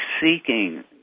seeking